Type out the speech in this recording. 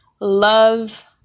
love